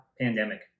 pandemic